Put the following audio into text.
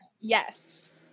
Yes